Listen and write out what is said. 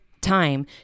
time